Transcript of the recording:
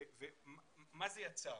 ומה זה יצר.